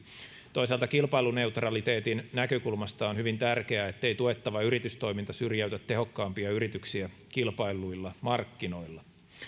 toisaalta kilpailuneutraliteetin näkökulmasta on hyvin tärkeää ettei tuettava yritystoiminta syrjäytä tehokkaampia yrityksiä kilpailluilla markkinoilla